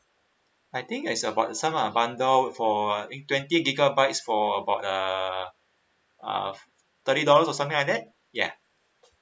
I think is about some of bundle for twenty gigabytes for about uh uh thirty dollars or something like that ya